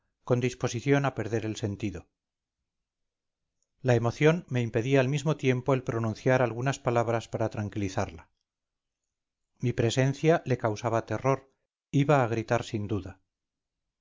habla condisposición a perder el sentido la emoción me impedía al mismo tiempo el pronunciar algunas palabras para tranquilizarla mi presencia le causaba terror iba a gritar sin duda